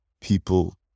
people